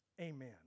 Amen